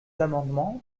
amendement